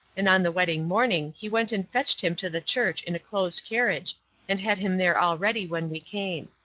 and on the wedding morning he went and fetched him to the church in a closed carriage and had him there all ready when we came.